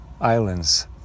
islands